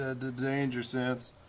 and d-d-d-danger sense!